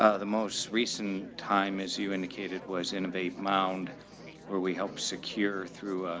ah the most recent time as you indicated, was innovate mound where we help secure through, ah,